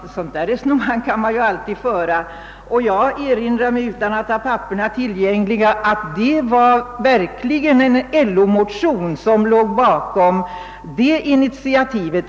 Men det visar sig dess värre att det inte är på det sättet.